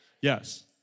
Yes